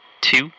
two